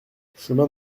chemin